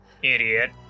Idiot